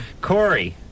Corey